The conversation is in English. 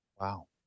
Wow